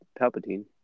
Palpatine